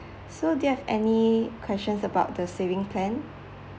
so do you have any questions about the saving plan